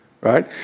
Right